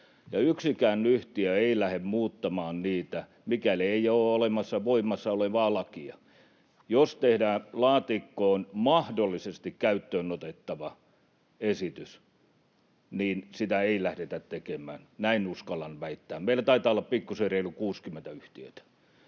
yksikään yhtiö ei lähde muuttamaan niitä, mikäli ei ole olemassa voimassa olevaa lakia. Jos tehdään laatikkoon mahdollisesti käyttöön otettava esitys, niin sitä ei lähdetä tekemään. Näin uskallan väittää. Meillä taitaa olla pikkusen reilu 60 yhtiötä.